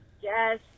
Yes